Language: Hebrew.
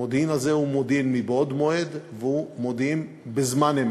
המודיעין הזה הוא מודיעין מבעוד מועד והוא מודיעין בזמן אמת.